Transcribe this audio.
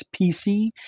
pc